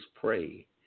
pray